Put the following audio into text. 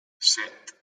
set